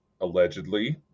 allegedly